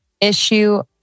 Issue